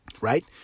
right